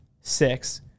six